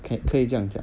can 可以这样讲